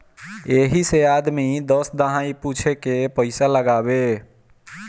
यही से आदमी दस दहाई पूछे के पइसा लगावे